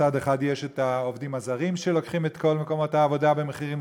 מצד אחד יש עובדים זרים שלוקחים את כל מקומות העבודה בשכר נמוך,